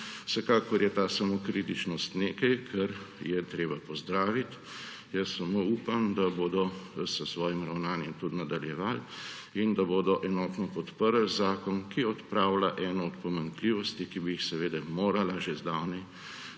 Vsekakor je ta samokritičnost nekaj, kar je treba pozdraviti. Jaz samo upam, da bodo s svojim ravnanjem tudi nadaljevali in da bodo enotno podprli zakon, ki odpravlja eno od pomanjkljivosti, ki bi jih seveda morala že zdavnaj